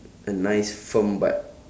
a nice firm butt